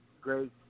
Great